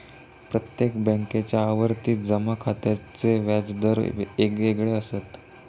प्रत्येक बॅन्केच्या आवर्ती जमा खात्याचे व्याज दर येगयेगळे असत